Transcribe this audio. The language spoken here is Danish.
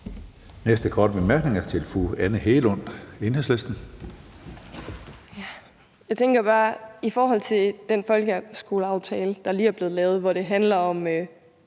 næste korte bemærkning er til fru Anne Hegelund, Enhedslisten. Kl. 15:55 Anne Hegelund (EL): I forhold til den folkeskoleaftale, der lige er blevet lavet, hvor det handler om